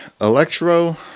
Electro